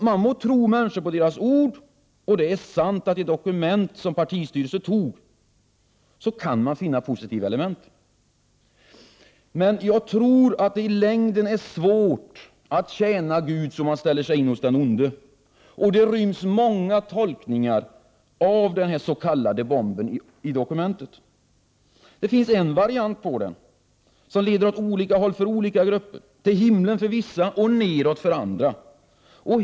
Man må tro människor på deras ord, och det är sant att i det dokument som partistyrelsen antog kan man finna positiva element. Men jag tror att det är svårt att i längden tjäna Gud så att man ställer sig in hos den onde. Och det ryms många tolkningar av den s.k. bomben i det antagna dokumentet. Det finns en variant på den tredje vägens skattepolitik som leder åt olika håll för olika grupper, till himlen för vissa och nedåt för andra.